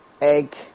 egg